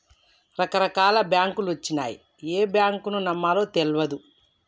రకరకాల బాంకులొచ్చినయ్, ఏ బాంకును నమ్మాలో తెల్వదు